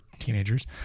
teenagers